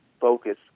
focus